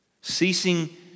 Ceasing